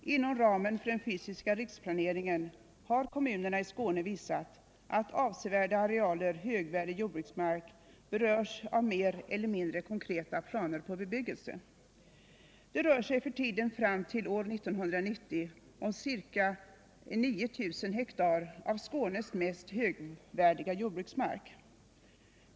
Inom ramen för den fysiska riksplaneringen har kommunerna i Skåne visat att avsevärda arealer högvärdig jordbruksmark berörs av mer eller mindre konkreta planer på bebyggelse. Det rör sig för tiden fram till år 1990 om ca 9 000 hektar av Skånes mest högvärdiga jordbruksmark.